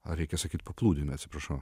ar reikia sakyt paplūdimį atsiprašau